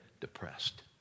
depressed